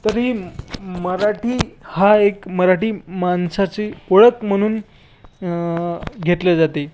तरी मराठी हा एक मराठी माणसाची ओळख म्हणून घेतले जाते